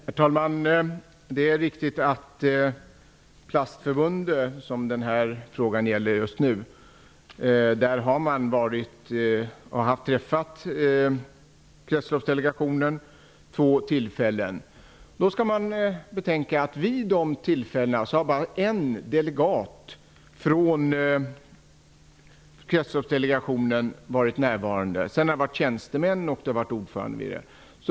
Herr talman! Det är riktigt att företrädare för Plastförbundet, vilket frågan gäller, har träffat Kretsloppsdelegationen vid två tillfällen. Då skall man betänka att bara en delegat från Kretsloppdelegationen varit närvarande. Sedan har det varit tjänstemän och ordföranden.